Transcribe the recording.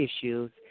issues